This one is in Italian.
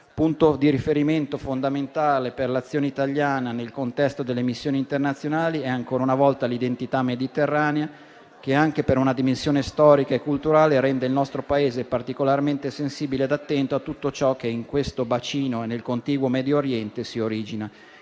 Punto di riferimento fondamentale per l'azione italiana nel contesto delle missioni internazionali è ancora una volta l'identità mediterranea, che anche per una dimensione storica e culturale rende il nostro Paese particolarmente sensibile e attento a tutto ciò che in questo bacino e nel contiguo Medio Oriente si origina,